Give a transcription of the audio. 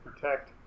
protect